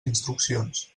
instruccions